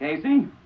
Casey